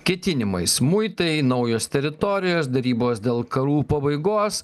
ketinimais muitai naujos teritorijos derybos dėl karų pabaigos